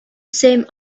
same